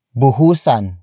buhusan